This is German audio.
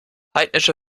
heidnische